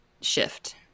shift